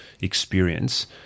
experience